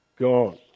gone